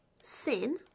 sin